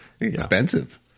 Expensive